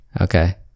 Okay